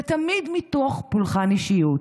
זה תמיד מתוך פולחן אישיות.